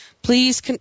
Please